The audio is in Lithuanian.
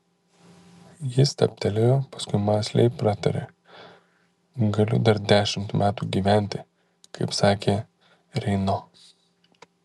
ji stabtelėjo paskui mąsliai pratarė galiu dar dešimt metų gyventi kaip sakė reino